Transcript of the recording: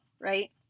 right